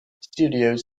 studios